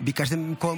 כדי להקל